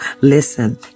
Listen